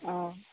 ᱚᱻ